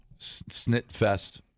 snitfest